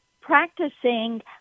practicing